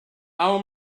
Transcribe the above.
our